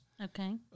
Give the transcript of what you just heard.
Okay